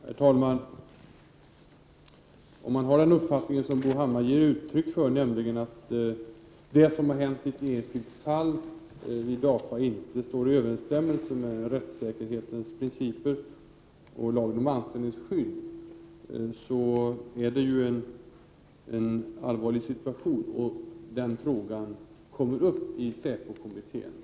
Herr talman! Om man har den uppfattning som Bo Hammar ger uttryck för, nämligen att det som hänt i ett enskilt fall vid DAFA inte står i överensstämmelse med rättssäkerhetens principer och lagen om anställningsskydd, är det ju en allvarlig situation. Den frågan kommer upp i SÄPO-kommittén.